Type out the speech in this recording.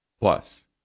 Plus